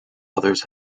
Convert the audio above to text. others